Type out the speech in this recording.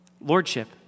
lordship